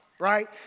right